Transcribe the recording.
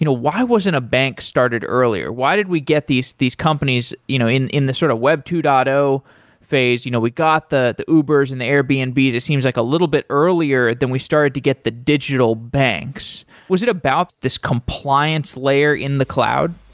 you know why wasn't a bank started earlier? why did we get these these companies you know in in the sort of web two point zero phase? you know we got the the ubers and the airbnbs. it seems like a little bit earlier, then we started to get the digital banks. was it about this compliance layer in the cloud?